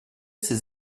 ces